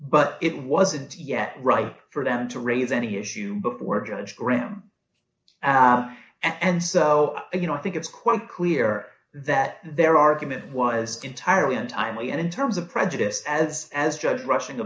but it wasn't yet right for them to raise any issue before judge graham and so you know i think it's quite clear that their argument was entirely untimely and in terms of prejudice as as judge rushing